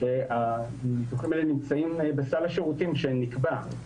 שהניתוחים האלה נמצאים בסל השירותים שנקבע,